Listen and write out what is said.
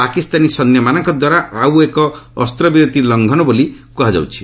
ପାକିସ୍ତାନୀ ସୈନ୍ୟମାନଙ୍କ ଦ୍ୱାରା ଏହା ଆଉଏକ ଅସ୍ତ୍ରବିରତି ଲଙ୍ଘନ ବୋଲି କୁହାଯାଉଛି